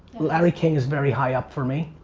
larry king is very high up for me.